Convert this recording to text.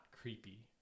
creepy